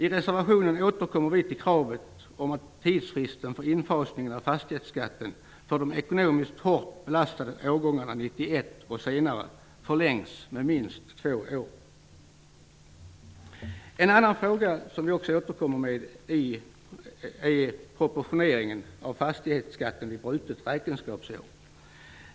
I reservationen återkommer vi till kravet om att tidsfristen för infasning av fastighetsskatten för de ekonomiskt hårt belastade årgångarna 1991 och senare förlängs med minst två år. En annan fråga, som vi också återkommer med, är proportioneringen av fastighetsskatten vid brutet räkenskapsår.